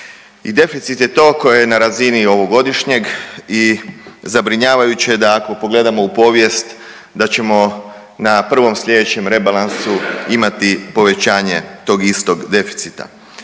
deficit je to koji je na razini ovogodišnjeg i zabrinjavajuće je da ako pogledamo u povijest da ćemo na prvom slijedećem rebalansu imati povećanje tog istog deficita.